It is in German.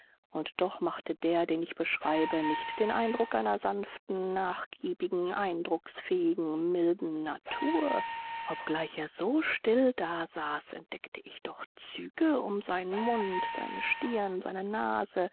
und doch machte der den ich beschreibe nicht den eindruck einer sanften nachgiebigen eindrucksfähigen milden natur obgleich er so still dasaß entdeckte ich doch züge um seinen mund seine stirn seine nase